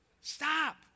stop